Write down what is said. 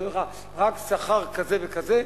ואז אומרים לך: רק שכר כזה וכזה,